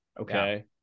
Okay